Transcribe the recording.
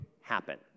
happen